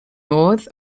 north